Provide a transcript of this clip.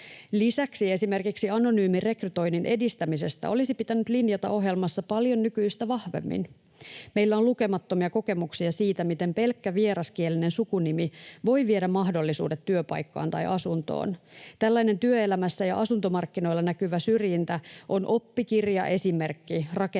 Lisäksi esimerkiksi anonyymin rekrytoinnin edistämisestä olisi pitänyt linjata ohjelmassa paljon nykyistä vahvemmin. Meillä on lukemattomia kokemuksia siitä, miten pelkkä vieraskielinen sukunimi voi viedä mahdollisuudet työpaikkaan tai asuntoon. Tällainen työelämässä ja asuntomarkkinoilla näkyvä syrjintä on oppikirjaesimerkki rakenteellisesta